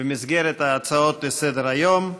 במסגרת הצעות לסדר-היום מס'